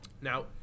now